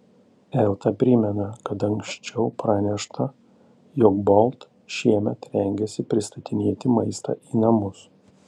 elta primena kad anksčiau pranešta jog bolt šiemet rengiasi pristatinėti maistą į namus